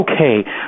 okay